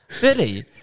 Billy